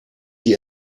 die